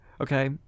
okay